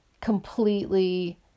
completely